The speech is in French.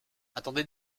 attendez